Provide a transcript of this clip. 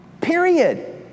period